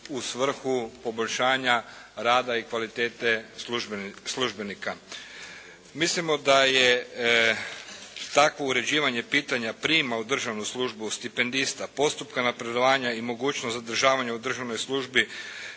u svrhu poboljšanja rada i kvalitete službenika. Mislimo da je takvo uređivanje pitanja prijema u državnu službu stipendista, postupka napredovanja i mogućnost zadržavanja u državnoj upravi